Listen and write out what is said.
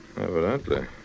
Evidently